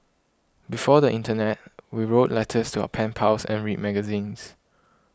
before the internet we wrote letters to our pen pals and read magazines